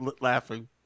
laughing